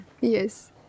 Yes